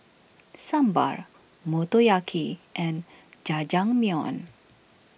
Sambar Motoyaki and Jajangmyeon